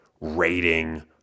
rating